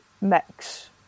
mix